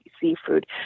seafood